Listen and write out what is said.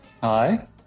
Hi